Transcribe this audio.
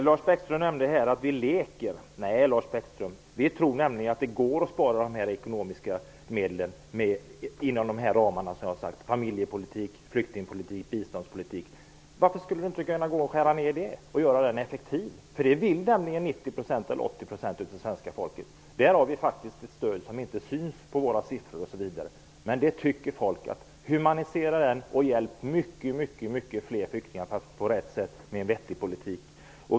Herr talman! Lars Bäckström sade att vi leker. Nej, Lars Bäckström, vi tror nämligen att det går att spara inom de ramar vi har nämnt; familjepolitik, flyktingpolitik och biståndspolitik. Varför skulle det inte gå att göra nedskärningar på de områdena och göra det effektivt? Det är vad 80 eller 90 % av svenska folket vill. Vi har faktiskt ett stöd som inte syns i våra siffror. Folk tycker att man skall humanisera flyktingpolitiken och hjälpa många fler flyktingar på rätt sätt med en vettig politik.